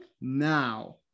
now